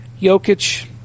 Jokic